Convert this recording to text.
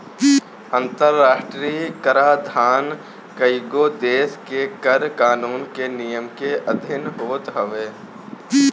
अंतरराष्ट्रीय कराधान कईगो देस के कर कानून के नियम के अधिन होत हवे